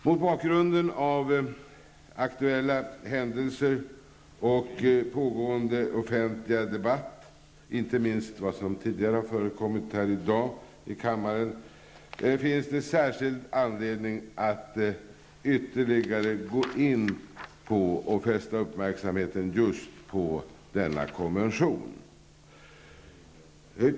Mot bakgrund av aktuella händelser och pågående offentlig debatt, inte minst vad som tidigare i dag har förekommit här i kammaren, finns särskild anledning att ytterligare gå in på och fästa uppmärksamhet just på denna konvention.